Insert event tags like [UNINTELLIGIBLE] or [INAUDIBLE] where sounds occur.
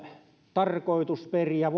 tarkoitusperiä [UNINTELLIGIBLE]